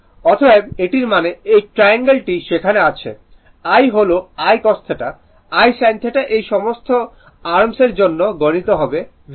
অতএব এটির মানে এই ট্রায়াঙ্গল টি সেখানে আছে I হল I cos θ I sin θ এই সমস্ত আর্ম এর জন্য গুণিত হবে V দ্বারা